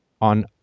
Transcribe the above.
on